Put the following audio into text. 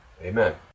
amen